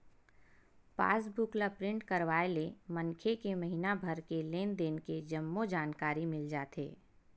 पास book ल print करवाय ले मनखे के महिना भर के लेन देन के जम्मो जानकारी मिल जाथे